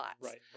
right